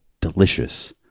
delicious